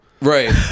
right